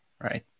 right